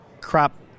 crop